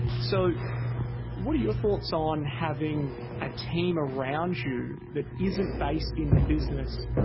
so what are your thoughts on having a team around you, that isn't based in the business,